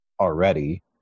already